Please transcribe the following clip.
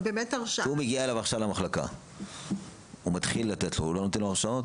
כשהוא מגיע למחלקה הוא מתחיל לתת לו הוא לא נותן לו הרשאות?